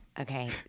Okay